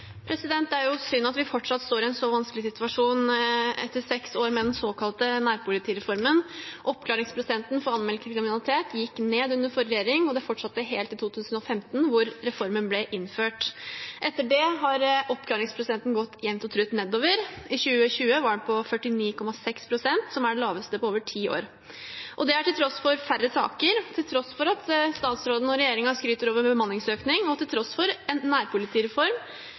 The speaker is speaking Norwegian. Det er synd at vi fortsatt står i en så vanskelig situasjon etter seks år med den såkalte nærpolitireformen. Oppklaringsprosenten for anmeldt kriminalitet gikk ned under forrige regjering, og det fortsatte helt til 2015, da reformen ble innført. Etter det har oppklaringsprosenten gått jevnt og trutt nedover. I 2020 var den på 49,6 pst., noe som er det laveste på over ti år. Det er til tross for færre saker, til tross for at statsråden og regjeringen skryter av bemanningsøkning, og til tross for en nærpolitireform